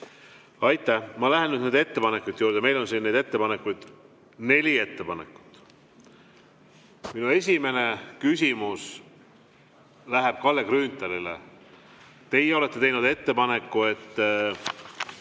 Aitäh! Ma lähen nüüd nende ettepanekute juurde. Meil on siin neli ettepanekut. Minu esimene küsimus läheb Kalle Grünthalile. Teie olete teinud ettepaneku